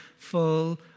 Full